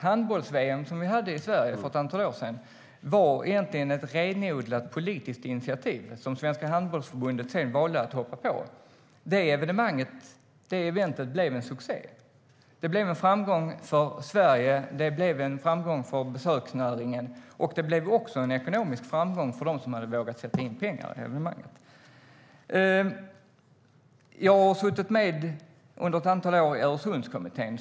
Handbolls-VM som vi hade i Sverige för ett antal år sedan var egentligen ett renodlat politiskt initiativ som Svenska Handbollförbundet sedan valde att hoppa på. Det eventet blev en succé. Det blev en framgång för Sverige, en framgång för besöksnäringen och också en ekonomisk framgång för dem som hade vågat sätta in pengar i evenemanget. Jag har under ett antal år suttit med i Öresundskommittén.